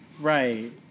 Right